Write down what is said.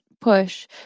Push